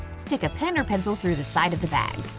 stick a pen or pencil through the side of the bag.